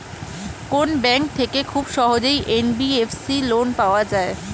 কোন ব্যাংক থেকে খুব সহজেই এন.বি.এফ.সি লোন পাওয়া যায়?